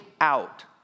out